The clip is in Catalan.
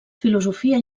filosofia